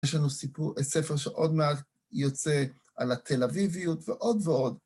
יש לנו ספר שעוד מעט יוצא על התל אביביות ועוד ועוד.